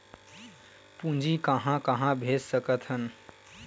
पूंजी कहां कहा भेज सकथन?